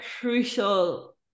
crucial